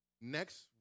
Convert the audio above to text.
next